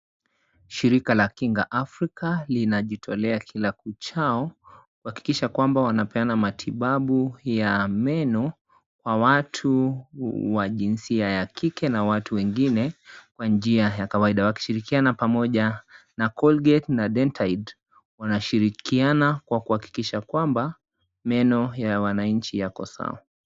Shirika la Kinga Africa linajitolea kila kuchao kuhakikisha kwamba wanapeana matibabu ya meno kwa watu wa jinsia ya kike na watu wengine kwa njia ya kawaida wakishirikiana pamoja na Colgate na Dentaid wanashirikiana kwa kuhakikisha kwamba meno ya wanachi yako sawa.